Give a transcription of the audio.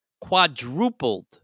quadrupled